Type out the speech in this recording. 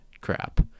crap